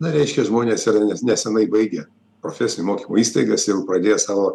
na reiškia žmonės yra nesenai baigę profesinio mokymo įstaigas ir pradėję savo